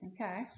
okay